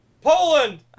poland